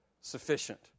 sufficient